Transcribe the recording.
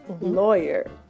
lawyer